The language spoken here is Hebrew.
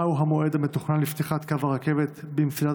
מהו המועד המתוכנן לפתיחת קו הרכבת במסילת